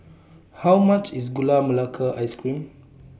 How much IS Gula Melaka Ice Cream